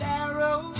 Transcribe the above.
arrow